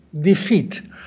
defeat